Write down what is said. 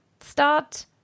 start